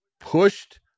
pushed